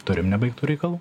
turim nebaigtų reikalų